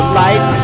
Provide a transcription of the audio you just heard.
light